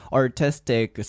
artistic